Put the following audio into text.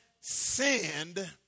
sinned